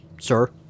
sir